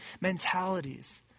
mentalities